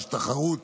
יש תחרות